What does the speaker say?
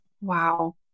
Wow